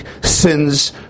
sins